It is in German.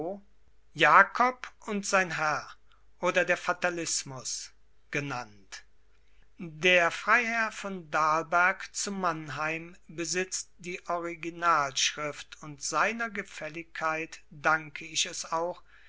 jakob und sein herr oder der fatalismus genannt der freiherr von dalberg zu mannheim besitzt die originalschrift und seiner gefälligkeit danke ich es auch